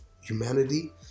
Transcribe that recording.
humanity